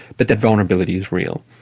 but that vulnerability is real.